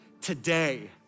Today